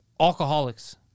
alcoholics